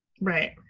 Right